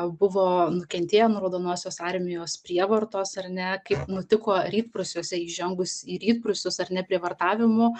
buvo nukentėję nuo raudonosios armijos prievartos ar ne kaip nutiko rytprūsiuose įžengus į rytprūsius ar ne prievartavimų